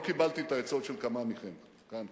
לא קיבלתי את העצות של כמה מכם כאן,